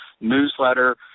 newsletter